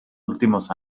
últimos